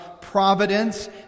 providence